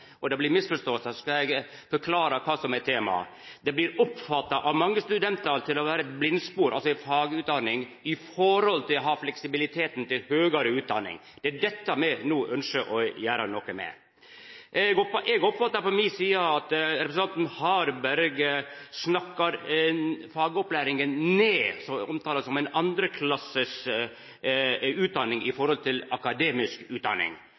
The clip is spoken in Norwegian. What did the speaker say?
at det blir misforståingar, skal eg forklara kva som er tema. Fagutdanninga blir av mange studentar oppfatta som eit blindspor samanlikna med fleksibiliteten i høgare utdanning. Det er dette me no ønskjer å gjera noko med. Eg oppfattar på mi side at representanten Harberg snakkar fagopplæringa ned. Han omtalar ho som ei andreklasses utdanning samanlikna med akademisk utdanning.